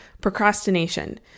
procrastination